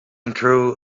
control